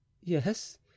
Yes